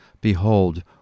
Behold